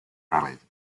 rallied